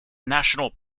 national